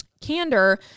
candor